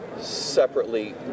separately